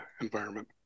environment